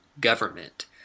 government